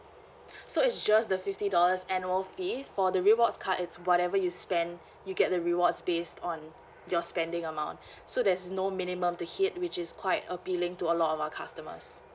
so it's just the fifty dollars annual fee for the rewards card it's whatever you spend you get the rewards based on your spending amount so there's no minimum to hit which is quite appealing to a lot of our customers